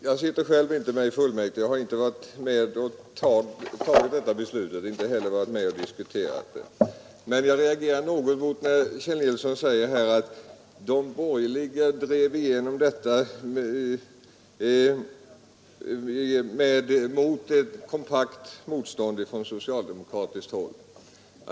Jag sitter själv inte med i kommunfullmäktige och har inte varit med om att fatta detta beslut eller att diskutera frågan, men jag reagerar något mot att Kjell Nilsson säger att de borgerliga drev igenom det mot ett kompakt motstånd från socialdemokratiskt håll.